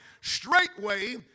straightway